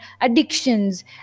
addictions